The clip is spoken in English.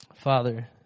Father